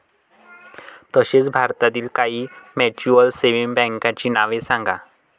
तसेच भारतातील काही म्युच्युअल सेव्हिंग बँकांची नावे सांगा